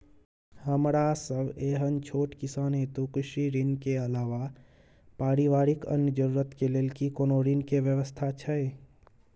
हमरा सब एहन छोट किसान हेतु कृषि ऋण के अलावा पारिवारिक अन्य जरूरत के लेल की कोनो ऋण के व्यवस्था छै?